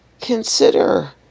consider